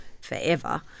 forever